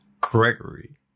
Gregory